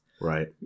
Right